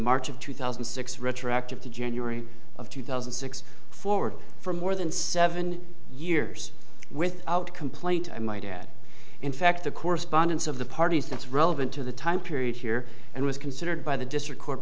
march of two thousand and six retroactive to january of two thousand and six forward for more than seven years without complaint i might add in fact the correspondence of the parties that's relevant to the time period here and was considered by the district court